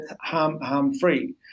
harm-free